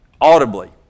audibly